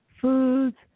foods